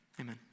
Amen